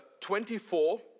24